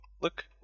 Look